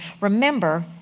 remember